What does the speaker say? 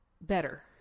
better